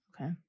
Okay